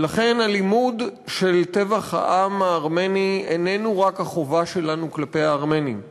ולכן הלימוד של טבח העם הארמני איננו רק החובה שלנו כלפי הארמנים,